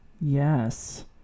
yes